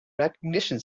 recognition